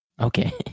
Okay